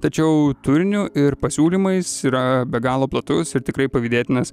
tačiau turiniu ir pasiūlymais yra be galo platus ir tikrai pavydėtinas